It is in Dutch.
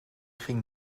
ging